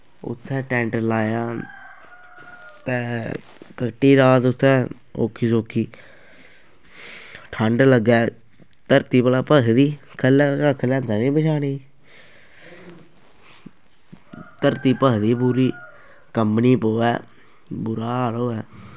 उत्थें टैंट लाया ते कट्टी रात उत्थें औक्खी सौक्खी ठंड लग्गै धरती भला भखी दी खल्लै कक्ख लेआंदा निं बछैने गी धरती भखी दी ही पूरी कमन्नी पवै बुरा हाल होऐ